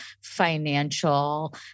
financial